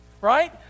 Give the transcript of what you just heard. right